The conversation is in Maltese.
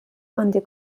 għandi